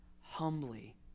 Humbly